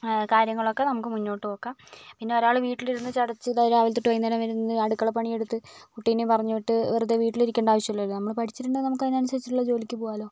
കാര്യങ്ങളൊക്കെ നമുക്ക് മുന്നോട്ട് നോക്കാം പിന്നെ ഒരാൾ വീട്ടിലിരുന്ന് ചടച്ച് രാവിലെ തൊട്ട് വൈകുന്നേരം വരെ ഇരുന്ന് അടുക്കള പണിയെടുത്ത് കുട്ടീനേം പറഞ്ഞ് വിട്ട് വെറുതെ വീട്ടിലിരിക്കേണ്ട ആവശ്യമില്ലല്ലോ നമ്മൾ പഠിച്ചിട്ടുണ്ടെങ്കിൽ നമുക്കതിനനുസരിച്ചുള്ള ജോലിക്ക് പോവാല്ലോ